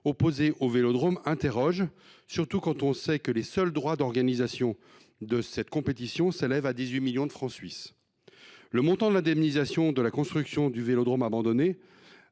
opposés au vélodrome surprend, surtout lorsque l’on sait que les seuls droits d’organisation de cette compétition s’élèvent à 18 millions de francs suisses. Le montant de l’indemnisation de la construction du vélodrome abandonné